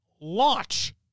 launch